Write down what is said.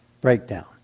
breakdown